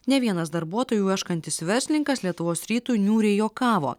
ne vienas darbuotojų ieškantis verslininkas lietuvos rytui niūriai juokavo